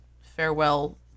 farewell